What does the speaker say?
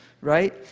right